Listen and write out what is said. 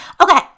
Okay